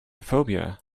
phobia